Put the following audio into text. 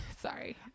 sorry